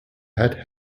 hat